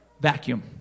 vacuum